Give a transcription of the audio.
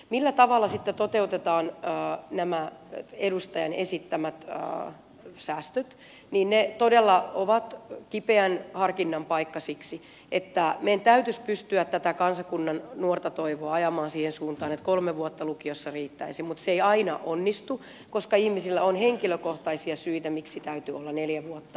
millä tavalla sitten toteutetaan nämä edustajan esittämät säästöt se todella on kipeän harkinnan paikka siksi että meidän täytyisi pystyä tätä kansakunnan nuorta toivoa ajamaan siihen suuntaan että kolme vuotta lukiossa riittäisi mutta se ei aina onnistu koska ihmisillä on henkilökohtaisia syitä miksi täytyy olla neljä vuotta